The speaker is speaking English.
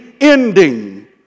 ending